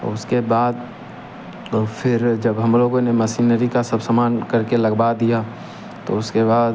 और उसके बाद और फिर जब हम लोगों ने मशीनरी का सब सामान करके लगवा दिया तो उसके बाद